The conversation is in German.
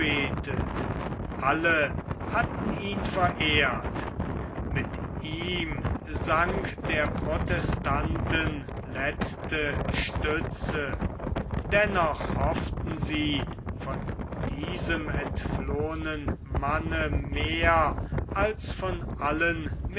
alle hatten ihn verehrt mit ihm sank der protestanten letzte stütze dennoch hofften sie von diesem entflohenen manne mehr als von allen